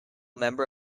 member